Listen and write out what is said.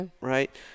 right